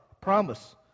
Promise